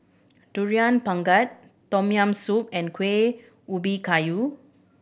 Durian Pengat Tom Yam Soup and Kueh Ubi Kayu